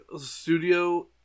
studio